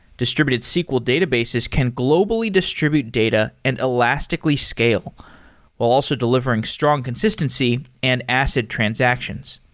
distributed sql databases can globally distribute data and elastically scale while also delivering strong consistency and acid transactions.